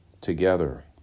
together